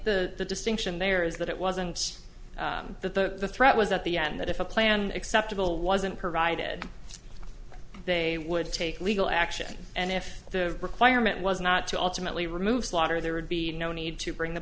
think the distinction there is that it wasn't that the threat was at the end that if a plan acceptable wasn't provided they would take legal action and if the requirement was not to ultimately remove slaughter there would be no need to bring